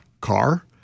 car